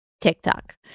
TikTok